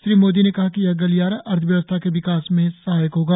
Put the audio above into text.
श्री मोदी ने कहा कि यह गलियारा अर्थव्यवसथा के विकास में सहायक होगा